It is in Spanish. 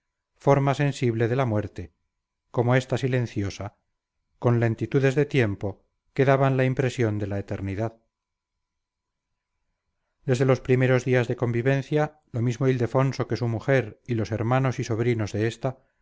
forma sensible de la muerte como esta silenciosa con lentitudes de tiempo que daban la impresión de la eternidad desde los primeros días de convivencia lo mismo ildefonso que su mujer y los hermanos y sobrinos de esta